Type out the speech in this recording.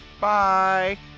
Bye